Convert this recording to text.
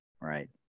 Right